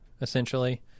essentially